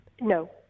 no